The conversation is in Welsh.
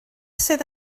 sydd